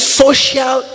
social